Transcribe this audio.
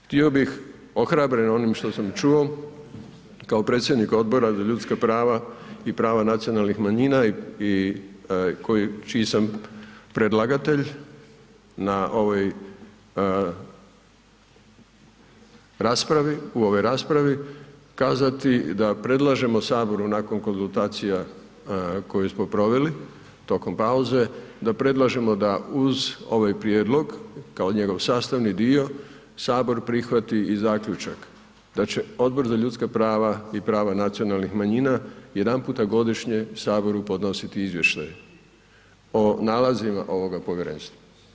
Htio tih, ohrabren onim što sam čuo, kao predsjednik Odbora za ljudska prava i prava nacionalnih manjina i koji, čiji sam predlagatelj na ovoj raspravi u ovoj raspravi, kazati, da predlažemo Saboru, nakon konzultacija koje smo proveli tokom pauze, da predlažemo da uz ovaj prijedlog kao njegov sastavni dio, Sabor prihvati i zaključak da će Odbor za ljudska prava i prava nacionalnih manjina jedanput godišnje Saboru podnositi izvještaj o nalazima ovoga Povjerenstva.